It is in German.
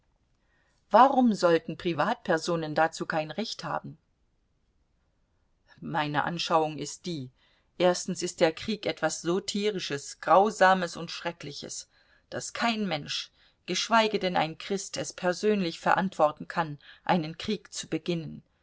warum sollten privatpersonen dazu kein recht haben meine anschauung ist die erstens ist der krieg etwas so tierisches grausames und schreckliches daß kein mensch geschweige denn ein christ es persönlich verantworten kann einen krieg zu beginnen